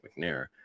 McNair